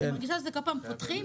אני מרגישה שבכל פעם פותחים,